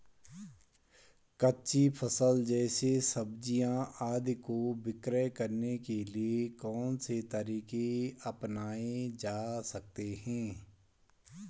कच्ची फसल जैसे सब्जियाँ आदि को विक्रय करने के लिये कौन से तरीके अपनायें जा सकते हैं?